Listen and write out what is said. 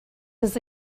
his